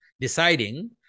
deciding